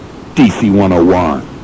DC-101